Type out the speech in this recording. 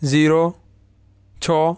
zero છ